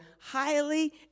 highly